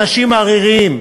אנשים עריריים,